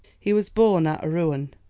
he was born at rouen,